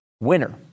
winner